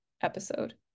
episode